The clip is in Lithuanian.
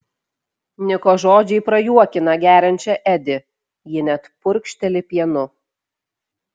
niko žodžiai prajuokina geriančią edi ji net purkšteli pienu